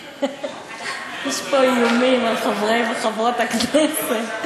יש פה איומים על חברי וחברות הכנסת,